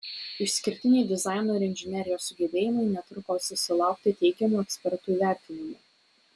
išskirtiniai dizaino ir inžinerijos sugebėjimai netruko susilaukti teigiamų ekspertų įvertinimų